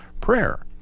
prayer